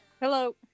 hello